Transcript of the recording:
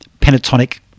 pentatonic